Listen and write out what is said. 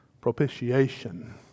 Propitiation